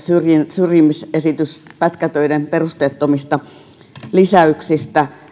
syrjimisesitys pätkätöiden perusteettomista lisäyksistä